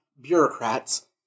bureaucrats